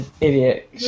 Idiot